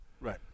Right